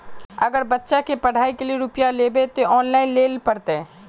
अगर बच्चा के पढ़ाई के लिये रुपया लेबे ते ऑनलाइन लेल पड़ते?